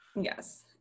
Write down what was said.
yes